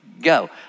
go